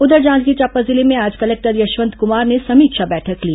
उधर जांजगीर चांपा जिले में आज कलेक्टर यशवंत कुमार ने समीक्षा बैठक ली